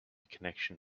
connection